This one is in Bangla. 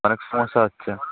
অনেক সমস্যা হচ্ছে